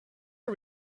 are